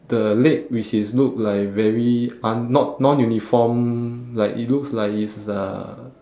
the leg which is look like very un~ not non uniform like it looks like it's a